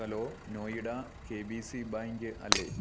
hello Noida K B C bank അല്ലെ